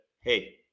Hey